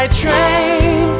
train